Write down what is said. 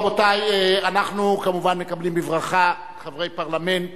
רבותי, אנחנו כמובן מקבלים בברכה חברי פרלמנט